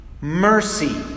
Mercy